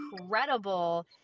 incredible